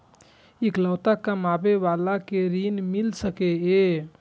इकलोता कमाबे बाला के ऋण मिल सके ये?